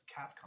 Capcom